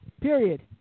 Period